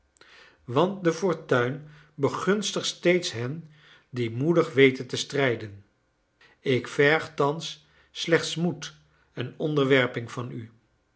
want de fortuin begunstigt steeds hen die moedig weten te strijden ik verg thans slechts moed en onderwerping van u